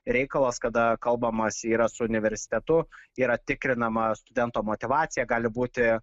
reikalas kada kalbamasi yra su universitetu yra tikrinama studento motyvacija gali būti